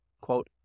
quote